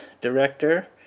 director